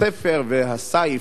הספר והסיף,